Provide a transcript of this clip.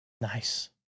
Nice